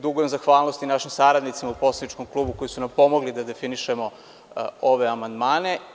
Dugujem zahvalnost i našim saradnicima u poslaničkom klubu, koji su nam pomogli da definišemo ove amandmane.